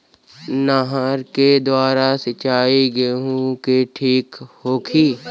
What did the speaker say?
नहर के द्वारा सिंचाई गेहूँ के ठीक होखि?